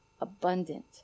abundant